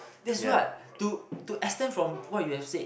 that's what to to extend from what you have said